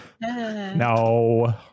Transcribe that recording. No